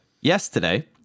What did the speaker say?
yesterday